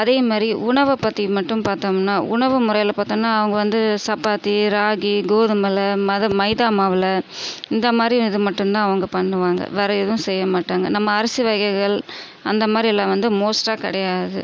அதே மாதிரி உணவை பற்றி மட்டும் பார்த்தோம்னா உணவு முறையில் பார்த்தோம்னா அவங்க வந்து சப்பாத்தி ராகி கோதுமைல மைதா மாவில் இந்த மாதிரி இது மட்டும் தான் அவங்க பண்ணுவாங்க வேற எதுவும் செய்ய மாட்டாங்க நம்ம அரிசி வகைகள் அந்த மாதிரி எல்லாம் வந்து மோஸ்ட்டாக கிடையாது